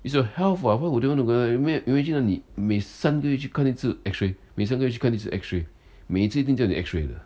is your health [what] why would you want to go you you ima~ imagine 你每三个月去看一次 x-ray 每三个月去看一次 x-ray 每次一定叫你 x-ray 的